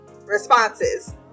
responses